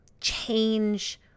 change